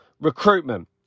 recruitment